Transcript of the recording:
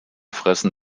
fressen